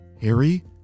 Harry